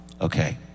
Okay